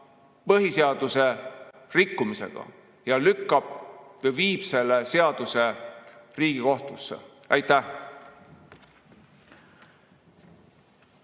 põhiseaduse rikkumisega ning ta viib selle seaduse Riigikohtusse. Aitäh!